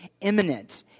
imminent